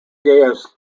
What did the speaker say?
gaius